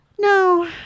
No